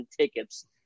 tickets